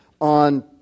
on